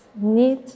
need